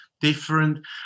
different